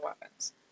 weapons